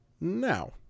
now